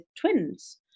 twins